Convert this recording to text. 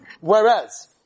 Whereas